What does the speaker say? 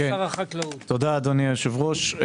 תודה, אדוני היושב ראש.